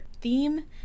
theme